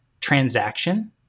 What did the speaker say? transaction